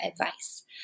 advice